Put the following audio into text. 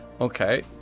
Okay